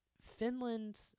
Finland